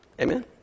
Amen